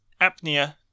apnea